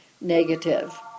negative